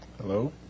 Hello